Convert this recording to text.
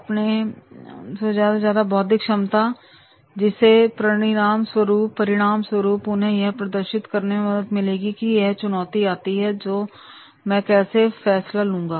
अपने आंसू में ज्यादा से ज्यादा बौद्धिक क्षमता देगी जिसके परिणाम स्वरूप उन्हें यह प्रदर्शित करने में मदद मिलेगी कि यदि चुनौती आती है तो मैं कैसे फैसला लूंगा